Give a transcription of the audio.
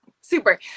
Super